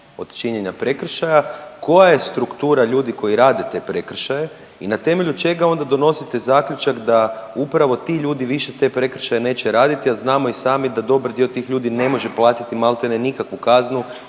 od činjenja prekršaja? Koja je struktura ljudi koji rade te prekršaje i na temelju čega onda donosite zaključak da upravo ti ljudi više te prekršaje neće raditi, a znamo i sami da dobar dio tih ljudi ne može platiti maltene nikakvu kaznu,